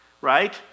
right